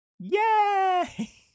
Yay